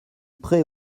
pré